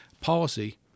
policy